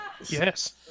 Yes